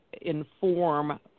inform